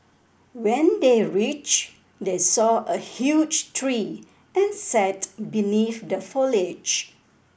when they reached they saw a huge tree and sat beneath the foliage